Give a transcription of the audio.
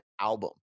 album